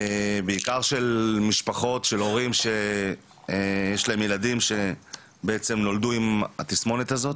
בעיקר משפחות של הורים שיש להם ילדים שנולדו עם התסמונת הזאת.